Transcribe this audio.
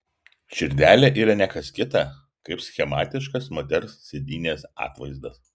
širdelė yra ne kas kita kaip schematiškas moters sėdynės atvaizdas